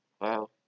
Wow